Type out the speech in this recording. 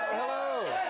hello.